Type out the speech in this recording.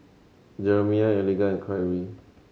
Jeremie Eliga and Kyree